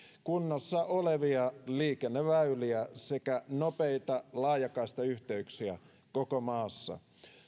kunnossa olevia liikenneväyliä sekä nopeita laajakaistayhteyksiä koko maassa